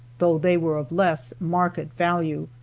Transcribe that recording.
though they were of less market value.